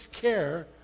care